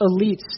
elites